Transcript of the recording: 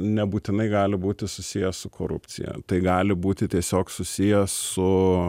nebūtinai gali būti susiję su korupcija tai gali būti tiesiog susiję su